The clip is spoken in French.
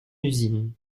usine